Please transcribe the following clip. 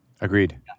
Agreed